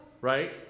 Right